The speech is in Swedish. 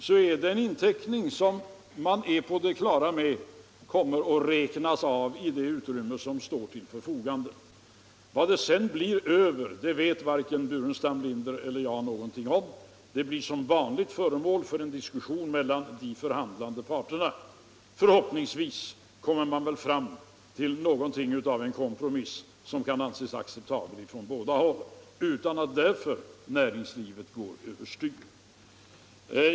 Det är emellertid en inteckning som man är på det klara med kommer att räknas av i det utrymme som står till förfogande. Vad som därefter blir över vet varken herr Burenstam Linder eller jag någonting om. Det får bli föremål för en diskussion mellan de förhandlande parterna. Förhoppningsvis kommer man fram till något av en kompromiss som kan anses acceptabel från båda håll, utan att därför näringslivet går över styr.